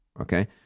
Okay